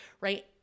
right